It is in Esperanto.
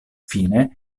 fine